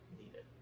needed